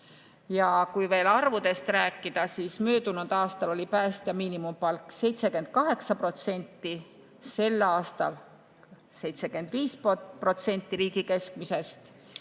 Kui veel arvudest rääkida, siis möödunud aastal oli päästja miinimumpalk 78%, sel aastal on 75% riigi keskmisest.